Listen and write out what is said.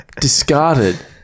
Discarded